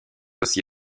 aussi